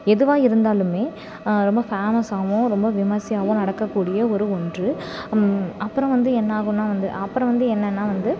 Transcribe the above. எதுவாக இருந்தாலும் ரொம்ப ஃபேமஸாகவும் ரொம்ப விமர்சையாகவும் நடக்கக்கூடிய ஒரு ஒன்று அப்புறம் வந்து என்ன ஆகுனா வந்து அப்புறம் வந்து என்னென்னா வந்து